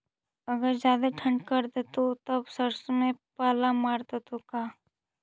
अगर जादे ठंडा कर देतै तब सरसों में पाला मार देतै का?